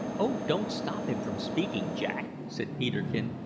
oh, don't stop him from speaking, jack! said peterkin,